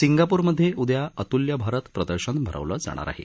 सिंगापूरमधे उदया अत्ल्य भारत प्रदर्शन भरवलं जाणार आहे